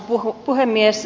arvoisa puhemies